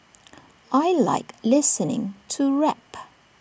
I Like listening to rap